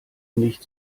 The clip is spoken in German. nicht